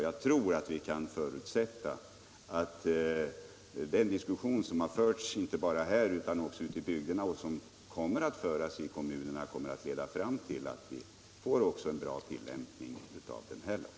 Jag tror att vi kan förutsätta att den diskussion som har förts inte bara här utan också ute i bygderna —- och som kommer att föras i kommunerna - kommer att leda fram till att vi också får en bra tillämpning av den här lagen.